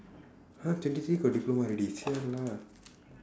!huh! twenty three got diploma already !siala!